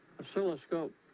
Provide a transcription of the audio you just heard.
oscilloscope